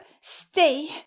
stay